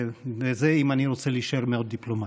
וזה אם אני רוצה להישאר מאוד דיפלומט.